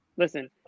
Listen